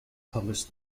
published